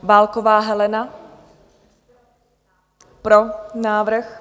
Válková Helena: Pro návrh.